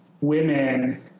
women